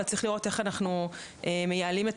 אבל צריך לראות איך אנחנו מייעלים את